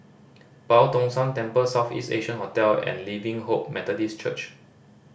Boo Tong San Temple South East Asia Hotel and Living Hope Methodist Church